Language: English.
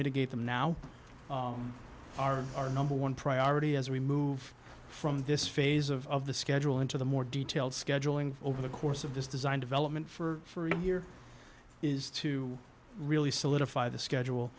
mitigate them now are our number one priority as we move from this phase of the schedule into the more detailed scheduling over the course of this design development for the year is to really solidify the schedule